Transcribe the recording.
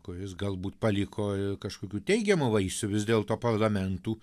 kuris galbūt paliko ir kažkokių teigiamų vaisių vis dėlto parlamentų